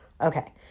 okay